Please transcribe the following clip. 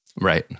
Right